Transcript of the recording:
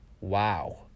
wow